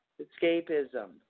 escapism